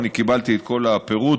קיבלתי את כל הפירוט,